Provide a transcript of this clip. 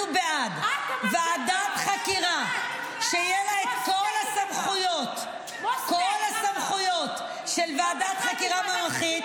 אנחנו בעד ועדת חקירה שיהיו לה כל הסמכויות של ועדת חקירה מלכתית